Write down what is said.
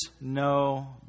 no